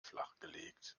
flachgelegt